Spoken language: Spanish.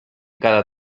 cada